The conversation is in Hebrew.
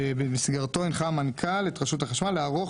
שבמסגרתו הנחה המנכ"ל את רשות החשמל לערוך